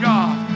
God